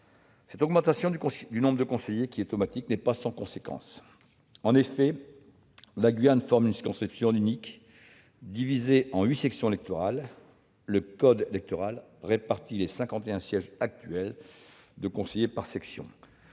Cette augmentation du nombre de conseillers, qui est automatique, n'est pas sans conséquence. En effet, la Guyane forme une circonscription unique, divisée en huit sections électorales. Le code électoral répartit les cinquante et un sièges de conseiller actuels par section.